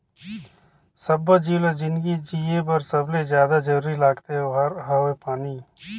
सब्बो जीव ल जिनगी जिए बर सबले जादा जरूरी लागथे ओहार हवे पानी